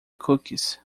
cookies